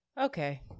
Okay